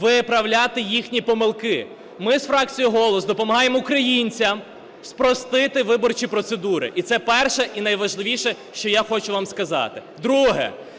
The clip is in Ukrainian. виправляти їхні помилки, ми з фракцією "Голос" допомагаємо українцям спростити виборчі процедури. І це перше, і найважливіше, що я хочу вам сказати.